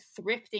thrifting